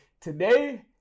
Today